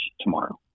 tomorrow